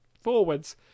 forwards